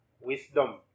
wisdom